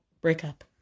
breakup